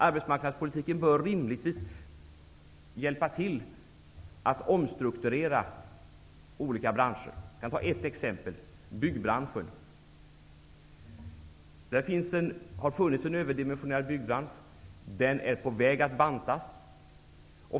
Arbetsmarknadspolitiken bör rimligtvis hjälpa till med att omstrukturera olika branscher. Jag kan ta ett exempel, nämligen byggbranschen. Det har funnits en överdimensionerad byggbransch. Den är på väg att bantas.